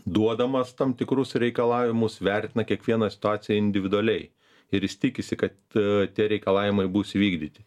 duodamas tam tikrus reikalavimus vertina kiekvieną situaciją individualiai ir jis tikisi kad tie reikalavimai bus įvykdyti